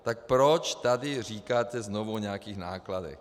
Tak proč tady říkáte znovu o nějakých nákladech?